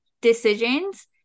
decisions